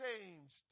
changed